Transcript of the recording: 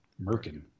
Merkin